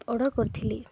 order କରିଥିଲି